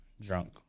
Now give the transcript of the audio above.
drunk